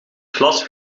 glas